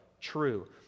True